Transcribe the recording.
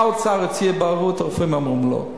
בא האוצר והציע בוררות, והרופאים אמרו לא.